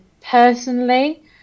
personally